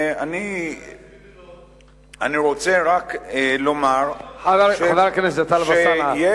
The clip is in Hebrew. יש מדינות, חבר הכנסת טלב אלסאנע.